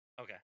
Okay